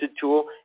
tool